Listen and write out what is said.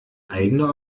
eigene